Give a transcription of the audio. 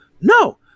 No